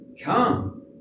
Come